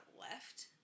left